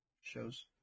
shows